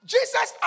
Jesus